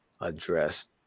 address